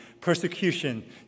persecution